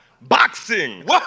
boxing